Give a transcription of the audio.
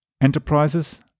enterprises